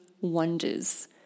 wonders